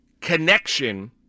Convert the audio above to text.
connection